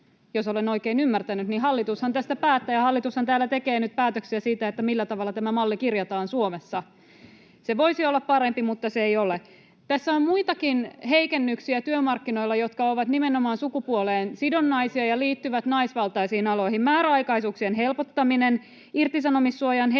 Jos olen oikein ymmärtänyt, niin hallitushan tästä päättää, ja hallitushan täällä tekee nyt päätöksiä siitä, millä tavalla tämä malli kirjataan Suomessa. Se voisi olla parempi, mutta se ei ole. [Sanna Antikainen: Ette halua neuvotella!] Tässä on työmarkkinoilla muitakin heikennyksiä, jotka ovat nimenomaan sukupuoleen sidonnaisia ja liittyvät naisvaltaisiin aloihin: määräaikaisuuksien helpottaminen, irtisanomissuojan heikentäminen.